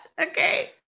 okay